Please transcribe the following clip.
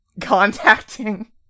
contacting